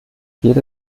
jede